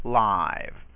live